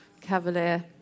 Cavalier